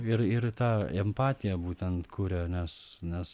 ir ir tą empatiją būtent kuria nes nes